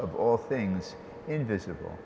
all things invisible